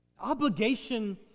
Obligation